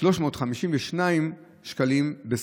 352 שקלים בשק.